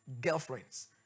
girlfriends